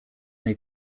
they